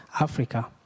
Africa